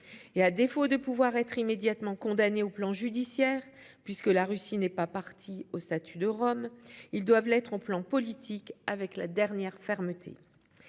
à défaut de pouvoir être immédiatement condamnés sur le plan judiciaire, puisque la Russie n'est pas partie au statut de Rome, doivent l'être sur le plan politique avec la plus grande fermeté.